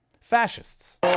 Fascists